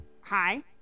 hi